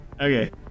okay